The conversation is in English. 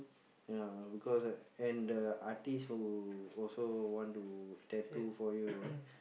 ya because and the artist who also want to tattoo for you ah